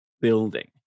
building